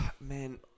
man